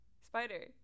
Spider